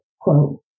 quote